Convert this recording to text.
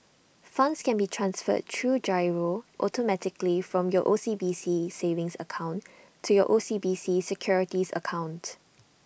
funds can be transferred through GIRO automatically from your O C B C savings account to your O C B C securities accounts